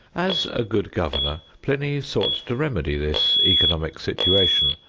as a good governor, pliny sought to remedy this economic situation,